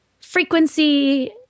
frequency